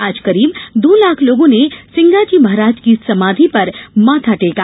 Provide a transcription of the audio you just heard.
आज करीब दो लाख लोगों ने सिंगाजी महाराज की समाधि पर माथा टेका